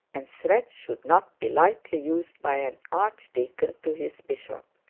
and threats should not be lightly used by an archdeacon to his bishop.